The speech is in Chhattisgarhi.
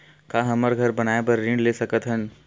का हमन घर बनाए बार ऋण ले सकत हन?